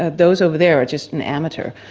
ah those over there are just an amateur.